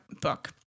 book